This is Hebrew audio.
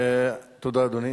תודה, אדוני.